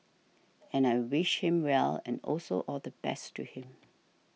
and I wished him well and also all the best to him